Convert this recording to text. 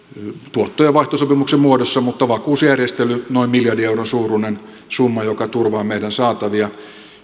tuotto ja vaihtosopimuksen muodossa mutta vakuusjärjestely noin miljardin euron suuruinen summa joka turvaa meidän saataviamme